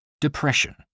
depression